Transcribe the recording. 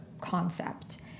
concept